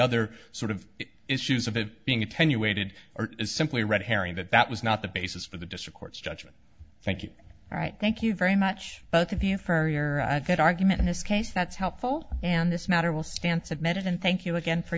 other sort of issues of it being attenuated or is simply a red herring that that was not the basis for the district court's judgment thank you all right thank you very much both of you for a good argument in this case that's helpful and this matter will scan submitted and thank you again for